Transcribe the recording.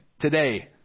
today